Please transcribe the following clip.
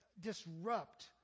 disrupt